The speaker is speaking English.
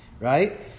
Right